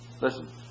Listen